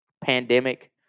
pandemic